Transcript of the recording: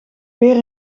weer